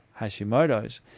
Hashimoto's